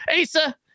Asa